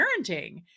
parenting